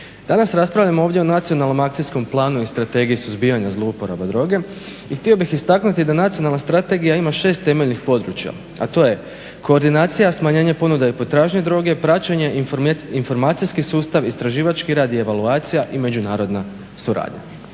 Danas raspravljamo ovdje o Nacionalnom akcijskom planu i strategiji suzbijanja zlouporaba droge i htio bih istaknuti da Nacionalna strategija ima 6 temeljnih područja, a to je koordinacija smanjenja ponude i potražnje droge, praćenje, informacijski sustav, istraživački rad i evaluacija i međunarodna suradnja.